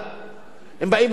הם באים לפגוע בערבים,